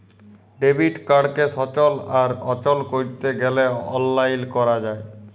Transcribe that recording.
debit কাড়কে সচল আর অচল ক্যরতে গ্যালে অললাইল ক্যরা যায়